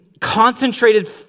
concentrated